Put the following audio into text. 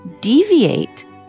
deviate